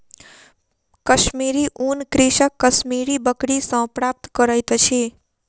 कश्मीरी ऊन कृषक कश्मीरी बकरी सॅ प्राप्त करैत अछि